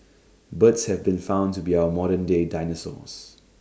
birds have been found to be our modern day dinosaurs